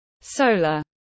Solar